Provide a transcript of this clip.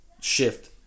shift